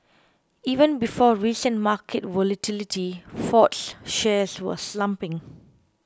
even before recent market volatility Ford's shares were slumping